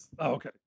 okay